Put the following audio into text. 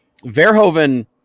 Verhoeven